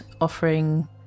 offering